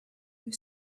you